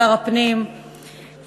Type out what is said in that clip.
שר הפנים,